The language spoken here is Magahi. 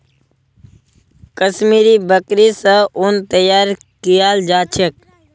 कश्मीरी बकरि स उन तैयार कियाल जा छेक